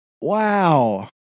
Wow